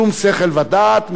בשום שכל ודעת,